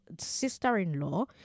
sister-in-law